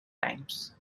times